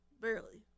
Barely